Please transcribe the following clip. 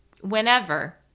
Whenever